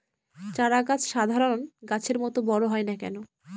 চারা গাছ সাধারণ গাছের মত বড় হয় না কেনো?